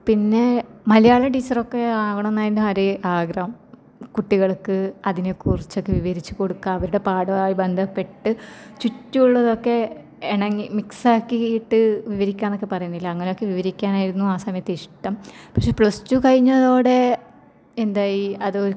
പിന്നെ മലയാളം ടീച്ചർ ഒക്കെ ആവണം എന്നാണ് എൻ്റെ ഒരേ ആഗ്രഹം കുട്ടികൾക്ക് അതിനെക്കുറിച്ചൊക്കെ വിവരിച്ച് കൊടുക്കുക അവരുടെ പാഠമായി ബന്ധപ്പെട്ട് ചുറ്റുമുള്ളതൊക്കെ ഇണങ്ങി മിക്സ് ആക്കിയിട്ട് വിവരിക്കുക എന്നൊക്കെ പറയുന്നില്ലേ അങ്ങനെ ഒക്കെ വിവരിക്കാനായിരുന്നു ആ സമയത്തിഷ്ടം പക്ഷേ പ്ലസ് ടു കഴിഞ്ഞതോടെ എന്തായി അതൊ